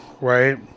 right